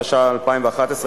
התשע"א 2011,